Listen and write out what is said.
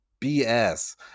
BS